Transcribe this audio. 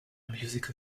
music